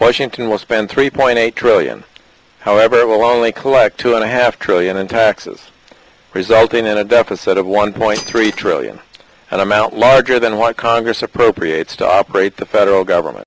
washington will spend three point eight trillion however it will only collect two and a half trillion in taxes resulting in a deficit of one point three trillion and amount larger than what congress appropriates to operate the federal government